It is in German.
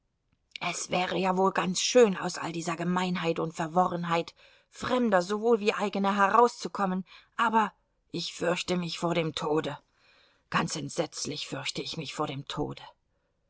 es wäre ja wohl ganz schön aus all dieser gemeinheit und verworrenheit fremder sowohl wie eigener herauszukommen aber ich fürchte mich vor dem tode ganz entsetzlich fürchte ich mich vor dem tode